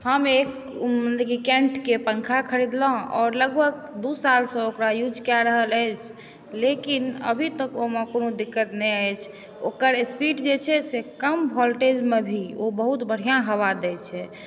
हम एक केन्टके पंखा खरीदलहुँ आओर लगभग दू सालसँ ओकरा यूज कऽ रहल अछि लेकिन अभी तक ओहिमे कोनो दिक्कत नहि अछि ओकर स्पीड जे छै से कम वोल्टेजमे भी ओ बहुत बढ़िआँ हवा दै छै